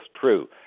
true